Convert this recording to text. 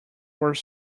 were